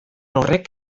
horrek